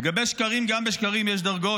לגבי שקרים, גם בשקרים יש דרגות.